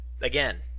Again